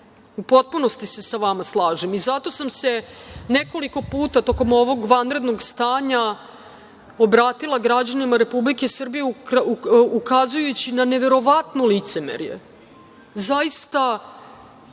u potpunosti slažem i zato sam se nekoliko puta tokom ovog vanrednog stanja obratila građanima Republike Srbije ukazujući na neverovatno licemerje, zaista